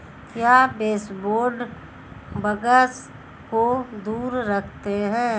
क्या baseboard bugs को दूर रखते हैं?